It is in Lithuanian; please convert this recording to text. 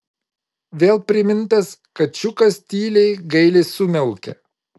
vėl primintas kačiukas tyliai gailiai sumiaukė